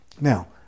Now